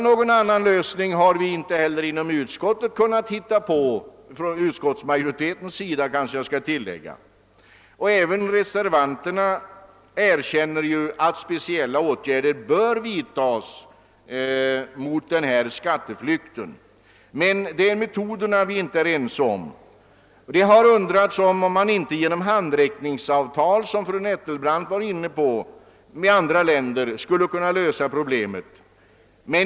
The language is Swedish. Någon annan lösning har vi inom utskottsmajoriteten inte kunnat finna. Även reservanterna erkänner att speciella åtgärder bör vidtas för att förhindra denna skatteflykt, men det är — som jag tidigare nämnde — om metoderna som det inte råder enighet. Det har undrats om man inte genom handräckningsavtal med andra länder — fru Nettelbrandt var här också inne på detta — skulle kunna klara problemet.